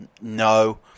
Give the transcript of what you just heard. No